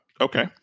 Okay